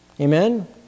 Amen